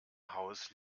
haus